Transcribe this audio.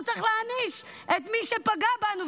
לא צריך להעניש את מי שפגע בנו,